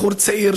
בחור צעיר,